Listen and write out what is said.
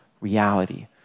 reality